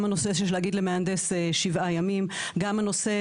גם הנושא של להגיד למהנדס שבעה ימים, גם הנושא